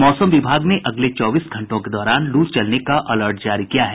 मौसम विभाग ने अगले चौबीस घंटों के दौरान लू चलने का अलर्ट जारी किया है